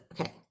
okay